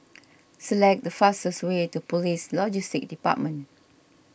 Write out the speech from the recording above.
select the fastest way to Police Logistics Department